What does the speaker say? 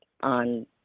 on